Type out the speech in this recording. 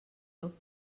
tot